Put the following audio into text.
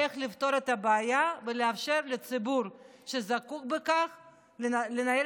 איך לפתור את הבעיה ולאפשר לציבור שזקוק לכך לנהל